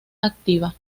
activa